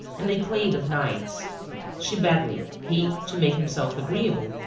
and they played of nights she badly he, to make himself agreeable,